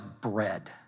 bread